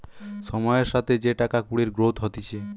সময়ের সাথে যে টাকা কুড়ির গ্রোথ হতিছে